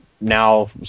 now